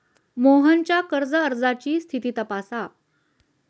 मोहनच्या कर्ज अर्जाची स्थिती तपासा